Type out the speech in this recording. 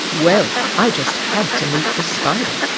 well, i just had to meet this spider.